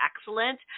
excellent